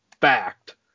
fact